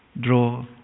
draw